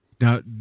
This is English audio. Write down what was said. Now